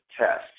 test